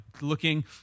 looking